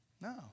No